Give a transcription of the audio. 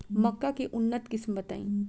मक्का के उन्नत किस्म बताई?